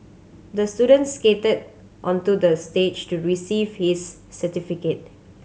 the student skated onto the stage to receive his certificate